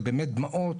זה באמת דמעות,